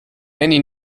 many